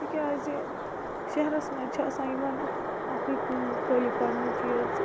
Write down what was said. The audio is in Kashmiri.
تِکیٛازِ شہرس منٛز چھُ آسان یِمن اَکٕے کٲم خٲلی پرنٕچی یٲژ